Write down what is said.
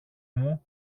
μου